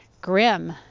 grim